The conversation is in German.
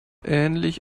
ähnlich